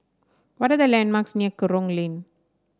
what are the landmarks near Kerong Lane